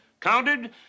counted